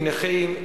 עם נכים,